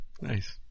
Nice